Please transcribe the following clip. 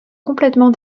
complètement